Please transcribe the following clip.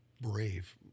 Brave